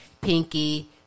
Pinky